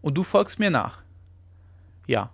und du folgst mir nach ja